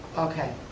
okay,